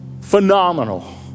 phenomenal